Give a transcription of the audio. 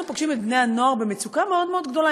אנחנו פוגשים את בני הנוער במצוקה מאוד מאוד גדולה,